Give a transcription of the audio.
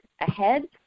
ahead